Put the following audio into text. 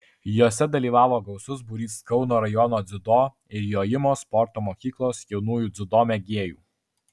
jose dalyvavo gausus būrys kauno rajono dziudo ir jojimo sporto mokyklos jaunųjų dziudo mėgėjų